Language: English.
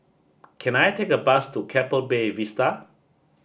can I take a bus to Keppel Bay Vista